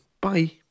Bye